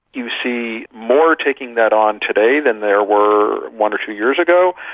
you see more taking that on today than there were one or two years ago,